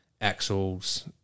axles